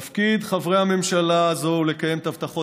תפקיד חברי הממשלה הזו הוא לקיים את הבטחות